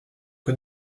que